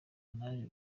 naje